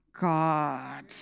God